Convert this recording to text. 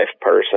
person